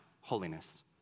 Holiness